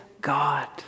God